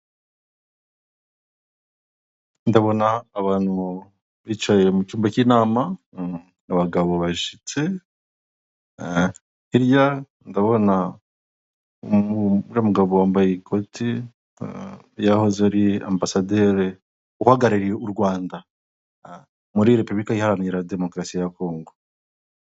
Ndabona abantu bicaye mu cyumba k'inama abagabo bashyitse hirya ndabona uriya mugabo wambaye ikote yahoze ari uhagarariye u Rwanda muri repubulika iharanira demukarasi ya kongo.